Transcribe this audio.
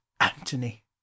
antony